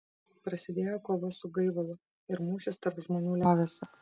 prasidėjo kova su gaivalu ir mūšis tarp žmonių liovėsi